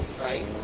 right